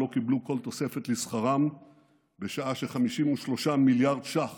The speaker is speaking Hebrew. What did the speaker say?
שלא קיבלו כל תוספת לשכרם בשעה ש-53 מיליארד ש"ח